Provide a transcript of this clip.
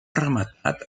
rematat